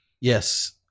Yes